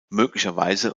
möglicherweise